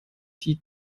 die